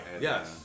Yes